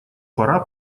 пора